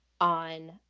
on